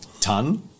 ton